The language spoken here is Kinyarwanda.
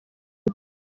rwe